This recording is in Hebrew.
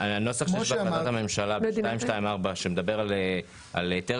הנוסח הקיים בהחלטת הממשלה 224 שמדבר על היתר